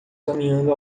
caminhando